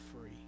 free